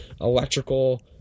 electrical